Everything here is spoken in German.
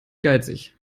geizig